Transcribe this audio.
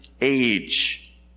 age